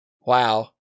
Wow